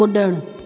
कुड॒णु